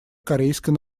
корейской